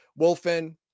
Wolfen